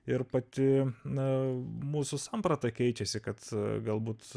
ir pati na mūsų samprata keičiasi kad galbūt